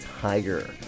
Tiger